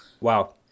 Wow